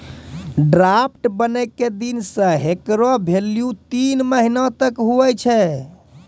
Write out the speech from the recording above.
draft बनै के दिन से हेकरो भेल्यू तीन महीना तक हुवै छै